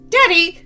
Daddy